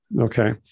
Okay